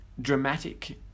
dramatic